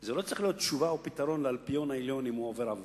זה לא צריך להיות תשובה או פתרון לאלפיון העליון אם הוא עובר עבירה.